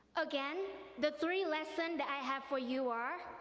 again, the three lesson that i have for you are,